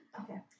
Okay